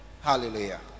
Hallelujah